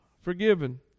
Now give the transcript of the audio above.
forgiven